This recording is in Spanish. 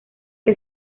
que